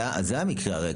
זה המקרה הריק,